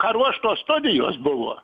paruoštos studijos buvo